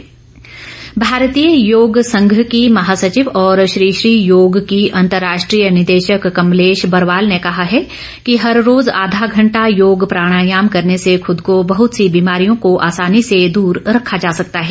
art of living भारतीय योग संघ की महासचिव और श्री श्री योग की अंतर्राष्ट्रीय निदेशक कमलेश बरवाल ने कहा है कि हर रोज आधा घंटा योग प्राणायाम करने से खूद को बहुत सी बीमारियों को आसानी से दूर रखा जा सकता है